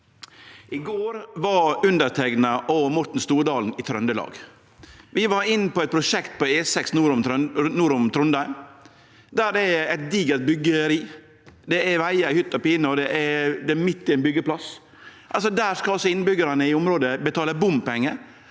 I går var underteikna og Morten Stordalen i Trøndelag. Vi var inne på eit prosjekt på E6 nord for Trondheim, der det er eit digert byggeri. Det er vegar i hytt og pine, og det er midt i ein byggeplass. Der skal altså innbyggjarane i området betale bompengar.